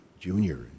junior